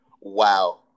Wow